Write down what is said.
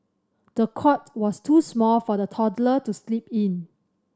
the cot was too small for the toddler to sleep in